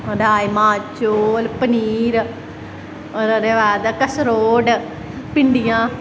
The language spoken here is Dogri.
राजमा चौल पनीर और ओह्दे बाद कसरोड़ भिंडियां